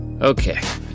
Okay